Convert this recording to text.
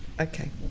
Okay